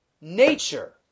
nature